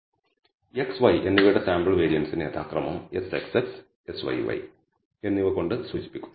x y എന്നിവയുടെ sample വേരിയൻസിന് യഥാക്രമം Sxx Syy എന്നിവ കൊണ്ട് സൂചിപ്പിക്കുന്നു